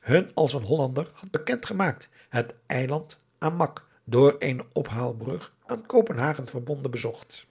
hun als een hollander had bekend gemaakt het eiland amak door eene ophaalbrug aan kopenhagen verbonden bezocht